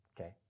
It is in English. okay